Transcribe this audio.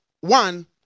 one